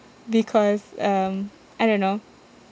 because um I don't know